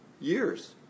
years